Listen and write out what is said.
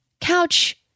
couch